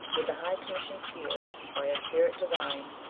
with the high commission sealed by a spirit divine,